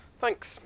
Thanks